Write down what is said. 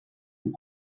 from